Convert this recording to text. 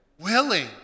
willing